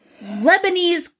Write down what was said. Lebanese